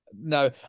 no